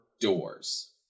doors